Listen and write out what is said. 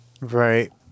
Right